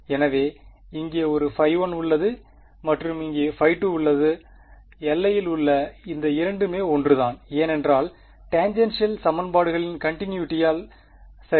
எனவே இங்கே ஒரு1 உள்ளது மற்றும் இங்கே 2 உள்ளது எல்லையில் உள்ள இந்த இரண்டுமே ஒன்றுதான் ஏனென்றால் டேன்ஜென்ஷியல் சமன்பாடுகளின் கண்டினுய்ட்டியால் சரி